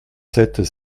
sept